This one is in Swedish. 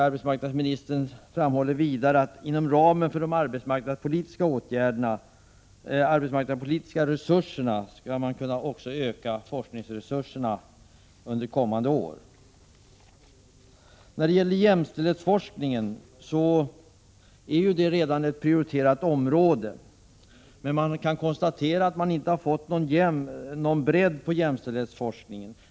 Arbetsmarknadsministern framhåller vidare att det skall gå att inom ramen för de arbetsmarknadspolitiska resurserna öka forskningsresurserna under kommande år. Jämställdhetsforskning är redan ett prioriterat område, men det kan konstateras att det inte har blivit någon bredd på jämställdhetsforskningen.